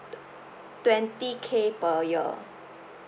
twenty K per year